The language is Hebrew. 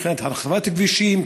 מבחינת הרחבת הכבישים,